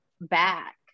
back